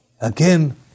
again